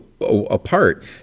apart